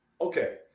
Okay